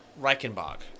Reichenbach